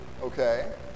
Okay